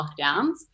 lockdowns